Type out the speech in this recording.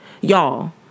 Y'all